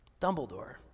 Dumbledore